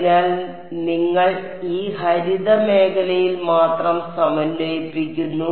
അതിനാൽ നിങ്ങൾ ഈ ഹരിതമേഖലയിൽ മാത്രം സമന്വയിപ്പിക്കുന്നു